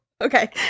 Okay